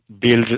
build